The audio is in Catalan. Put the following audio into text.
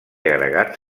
agregats